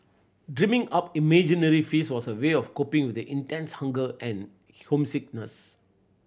dreaming up imaginary feasts was a way of coping with the intense hunger and homesickness